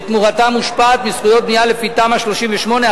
שתמורתה מושפעת מזכויות בנייה לפי תמ"א 38,